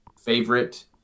favorite